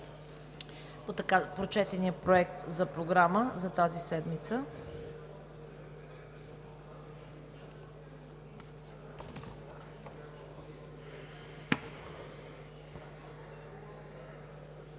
прочетения Проект за програма за тази седмица.